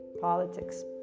politics